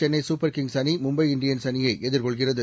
Chennai super kings அணி Mumbai Indians அணியை எதிர்கொள்கிறது